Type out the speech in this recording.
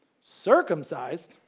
Circumcised